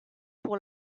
pour